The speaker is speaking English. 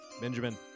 Benjamin